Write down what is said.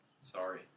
Sorry